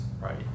right